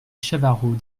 chavarot